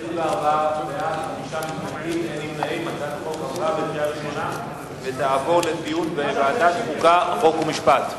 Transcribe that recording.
התש"ע 2010, לוועדת החוקה, חוק ומשפט נתקבלה.